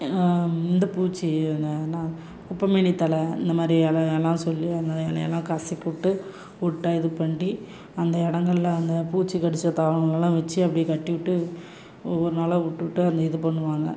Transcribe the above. இந்த பூச்சி என்ன குப்பமேனி தழை இந்த மாதிரி இலையெல்லாம் சொல்லி அந்த இலையெல்லாம் கசக்கி விட்டு ஒட்டா இது பண்ணி அந்த இடங்கள்ல அந்த பூச்சி கடிச்ச வச்சி அப்டியே கட்டி விட்டு ஒவ்வொரு நாளாக விட்டு விட்டு அந்த இது பண்ணுவாங்க